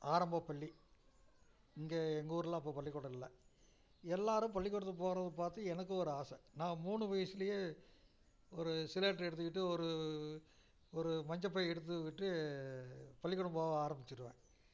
ஆரம்பப்பள்ளி இங்கே எங்கள் ஊர்லாம் அப்போ பள்ளிக்கூடம் இல்லை எல்லாரும் பள்ளிக்கூடத்துக்கு போகிறத பார்த்து எனக்கும் ஒரு ஆசை நான் மூணு வயசிலயே ஒரு சிலேட் எடுத்துக்கிட்டு ஒரு ஒரு மஞ்சப்பை எடுத்துக்கிட்டு பள்ளிக்கூடம் போக ஆரம்பிச்சுருவேன்